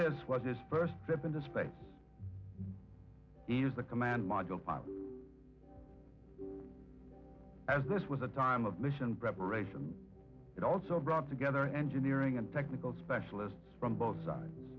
this was his first trip into space as the command module as this was a time of mission preparation it also brought together engineering and technical specialists from both sides